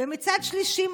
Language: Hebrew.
מצד שלישי,